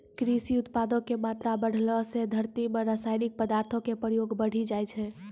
कृषि उत्पादो के मात्रा बढ़ैला से धरती मे रसायनिक पदार्थो के प्रयोग बढ़ि जाय छै